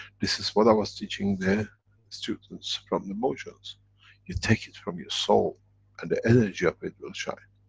this is what i was teaching the the students from the mozhan's you take it from your soul and the energy of it will shine.